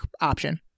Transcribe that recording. option